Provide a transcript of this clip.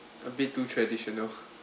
a bit too traditional